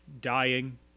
dying